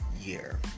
year